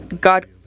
God